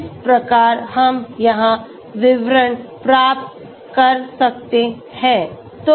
इस प्रकार हम यहाँ विवरण प्राप्त कर सकते हैं